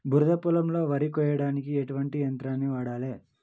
బురద పొలంలో వరి కొయ్యడానికి ఎటువంటి యంత్రాన్ని వాడాలి?